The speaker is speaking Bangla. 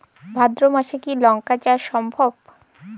ভাদ্র মাসে কি লঙ্কা চাষ সম্ভব?